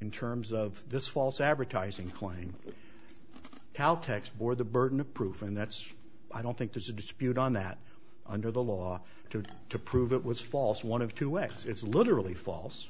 in terms of this false advertising claim cal tech bore the burden of proof and that's i don't think there's a dispute on that under the law to to prove it was false one of two ways it's literally false